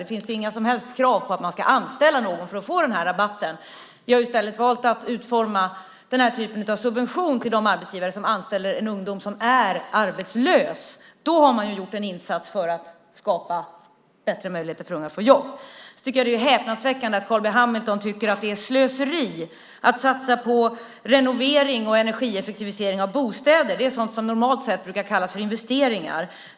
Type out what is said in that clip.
Det finns inga som helst krav på att man ska anställa någon för att få den här rabatten. Vi har i stället valt att utforma den här typen av subvention till de arbetsgivare som anställer en ungdom som är arbetslös. Då har man ju gjort en insats för att skapa bättre möjligheter för unga att få jobb. Dessutom tycker jag att det är häpnadsväckande att Carl B Hamilton tycker att det är slöseri att satsa på renovering och energieffektivisering av bostäder. Det är sådant som normalt brukar kallas för investeringar.